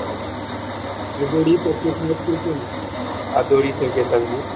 अदौड़ीसभके पुछिऔ न अदौड़ीसभके सब्जी